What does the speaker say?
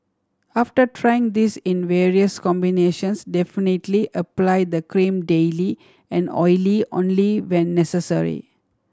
after trying this in various combinations definitely apply the cream daily and oily only when necessary